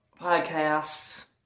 podcasts